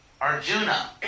Arjuna